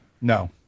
No